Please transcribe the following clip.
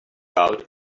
out